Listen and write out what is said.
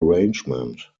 arrangement